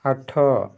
ଆଠ